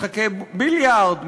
משחקי ביליארד,